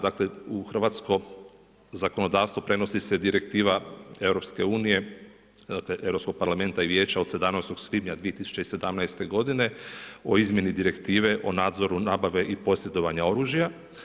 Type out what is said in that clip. Dakle u hrvatsko zakonodavstvo prenosi se direktiva Europske unije, Europskog parlamenta i Vijeća od 17. svibnja 2017. godine o izmjeni Direktive o nadzoru nabave i posjedovanja oružja.